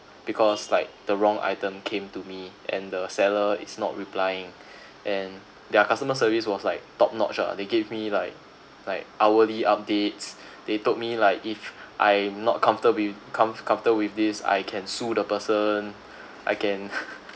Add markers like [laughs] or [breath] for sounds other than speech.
because like the wrong item came to me and the seller is not replying [breath] and their customer service was like top notch ah they gave me like like hourly updates [breath] they told me like if I'm not comfortable with com~ comfortable with this I can sue the person I can [laughs]